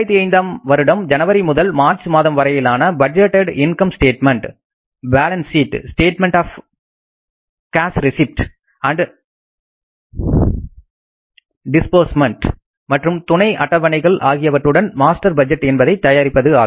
2005ஆம் வருடம் ஜனவரி முதல் மார்ச் மாதம் வரையிலான budgeted income statement balance sheet statement of cash receipt and disbursement மற்றும் துணை அட்டவணைகள் ஆகியவற்றுடன் மாஸ்டர் பட்ஜெட் என்பதை தயாரிப்பது ஆகும்